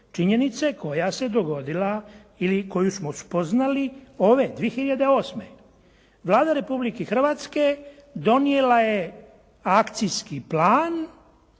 Činjenice koja se dogodila ili koju smo spoznali ove 2008. Vlada Republike Hrvatske donijela je akcijski plan